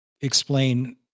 explain